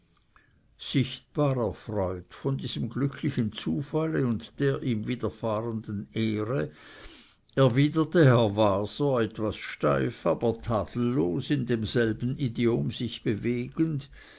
sichtbar erfreut von diesem glücklichen zufalle und der ihm widerfahrenden ehre erwiderte herr waser etwas steif aber tadellos in demselben idiom sich bewegend